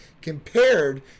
compared